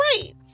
great